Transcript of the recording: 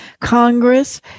Congress